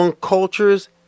cultures